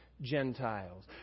Gentiles